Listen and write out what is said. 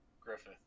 griffith